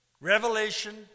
Revelation